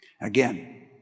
Again